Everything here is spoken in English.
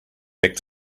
back